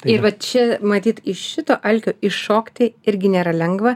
ir va čia matyt iš šito alkio iššokti irgi nėra lengva